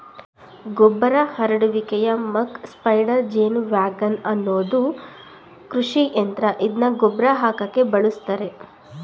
ಗೊಬ್ಬರ ಹರಡುವಿಕೆಯ muck spreader ಜೇನುವ್ಯಾಗನ್ ಅನ್ನೋದು ಕೃಷಿಯಂತ್ರ ಇದ್ನ ಗೊಬ್ರ ಹಾಕಕೆ ಬಳುಸ್ತರೆ